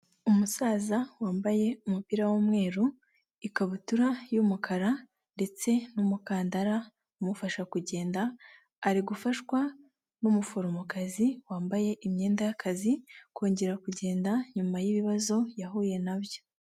Umusaza wambaye umupira w'umweru, ikabutura y'umukara ndetse n'umukandara umufasha kugenda. Ari gufashwa n'umuforomokazi wambaye imyenda y'akazi. Kongera kugenda nyuma y'ibibazo yahuye nabyo.